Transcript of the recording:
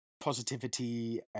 positivity